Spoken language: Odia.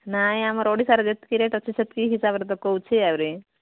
ନାହିଁ ଆମର ଓଡ଼ିଶାରେ ଯେତିକି ରେଟ୍ ଅଛି ସେତିକି ହିସାବରେ ତ କହୁଛି ଆହୁରୀ